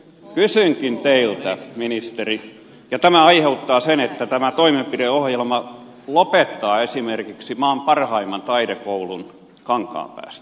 pesen rinteiltä ministeri ja tämä aiheuttaa sen että tämä toimenpideohjelma lopettaa esimerkiksi maan parhaimman taidekoulun kankaanpäästä